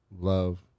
love